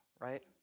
right